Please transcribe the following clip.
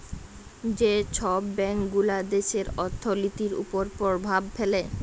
যে ছব ব্যাংকগুলা দ্যাশের অথ্থলিতির উপর পরভাব ফেলে